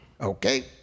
Okay